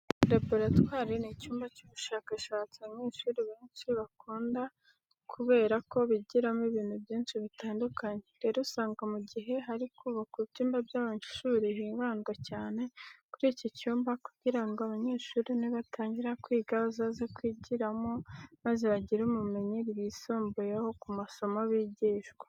Laboratwari ni icyumba cy'ubushakashatsi abanyeshuri benshi bakunda kubera ko bigiramo ibintu byinshi bitandukanye. Rero usanga mu gihe hari kubakwa ibyumba by'amashuri hibandwa cyane kuri iki cyumba kugira ngo abanyeshuri nibatangira kwiga bazaze kwigiramo maze bagire ubumenyi bwisumbuyeho ku masomo bigishwa.